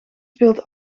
speelt